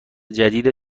جدید